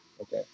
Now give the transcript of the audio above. okay